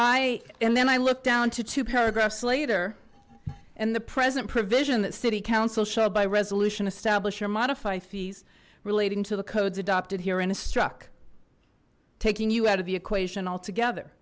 i and then i look down to two paragraphs later and the present provision that city council shall by resolution establish or modify fees relating to the codes adopted herein is struck taking you out of the equation altogether